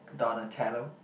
Donatello